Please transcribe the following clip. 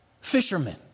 fishermen